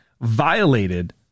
violated